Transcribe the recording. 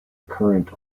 current